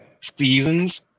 seasons